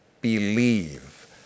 believe